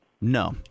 no